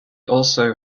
also